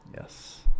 Yes